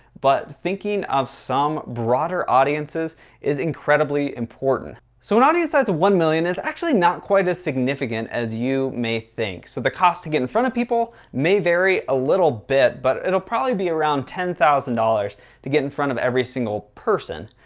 but thinking of some broader audiences is incredibly important. so an audience size of one million is actually not quite as significant as you may think. so the cost to get in front of people may vary a little bit, but it'll probably be around ten thousand dollars to get in front of every single person,